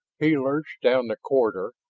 he lurched down the corridor,